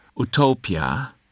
Utopia